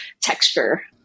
texture